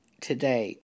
today